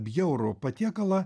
bjaurų patiekalą